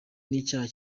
n’icyaha